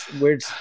weird